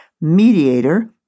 mediator